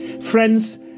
Friends